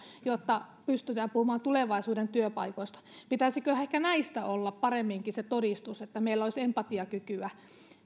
jotta pystytään puhumaan tulevaisuuden työpaikoista pitäisiköhän ehkä näistä olla paremminkin se todistus siitä että meillä on empatiakykyä